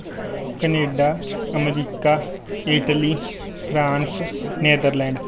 Canada America Italy France Netherlands